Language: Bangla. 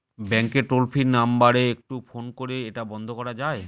ব্যাংকের টোল ফ্রি নাম্বার একটু ফোন করে এটা বন্ধ করা যায়?